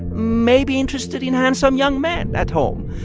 may be interested in handsome young man at home.